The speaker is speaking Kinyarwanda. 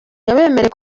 yabemereye